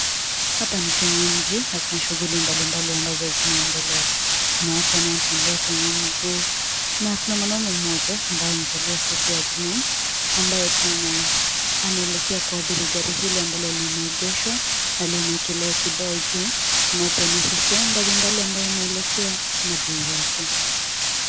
Hapa ni kwenye mji na kuna shughuli mbalimbali ambazo zinaendelea. Kuna watu wanaotembea kwenye mguu na kuna mwanaume mmoja ambaye amavalia sweta ya bluu ambaye tunaona anaelekea kuabiri gari hili ambalo limeegeshwa na limeekelewa kibao juu kinachoonyesha sehemu mbalimbali ambayo inaelekea na bei yake.